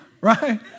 Right